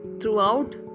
Throughout